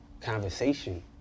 conversation